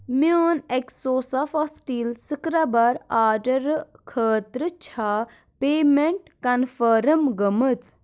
میٲنۍ اٮ۪کزو سفا سٹیٖل سکرٛبر آڈرٕ خٲطرٕ چھا پیمیٚنٹ کنفٔرم گٔمٕژ؟